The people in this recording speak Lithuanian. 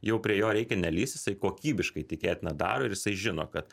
jau prie jo reikia nelįst jisai kokybiškai tikėtina daro ir jisai žino kad